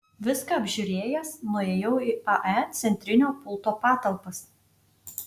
viską apžiūrėjęs nuėjau į ae centrinio pulto patalpas